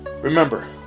remember